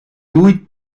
huit